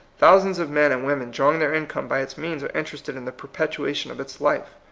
thousands of men and women drawing their income by its means are interested in the perpetuation of its life.